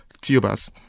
tubers